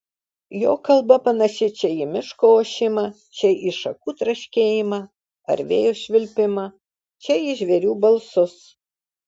jo kalba panaši čia į miško ošimą čia į šakų traškėjimą ar vėjo švilpimą čia į žvėrių balsus